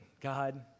God